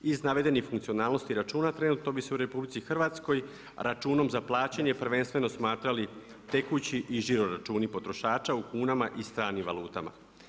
Iz navedenih funkcionalnosti računa trenutno bi se u RH računom za plaćanje prvenstveno smatrali tekući i žiroračuni potrošača, u kunama i stranim valutama.